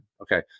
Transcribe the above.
Okay